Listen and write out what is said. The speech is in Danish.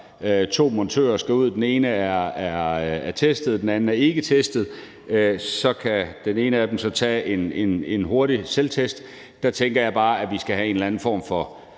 to montører skal ud, den ene er testet, og den anden er ikke testet, og så kan den ene af dem så tage en hurtig selvtest, og der tænker jeg bare, at vi skal have en eller anden form for